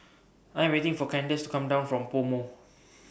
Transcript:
I Am waiting For Kandace to Come down from Pomo